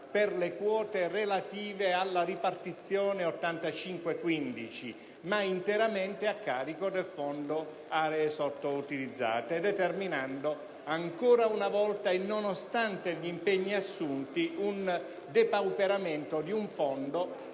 per le quote relative alla ripartizione 85-15 ma interamente a carico del Fondo per le aree sottoutilizzate. Ciò determina, ancora una volta e nonostante gli impegni assunti, il depauperamento di un Fondo